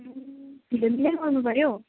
भिन्दै आउनुभयो